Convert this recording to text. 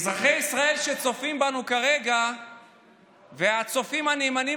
אזרחי ישראל שצופים בנו כרגע והצופים הנאמנים